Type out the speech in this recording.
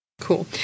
Cool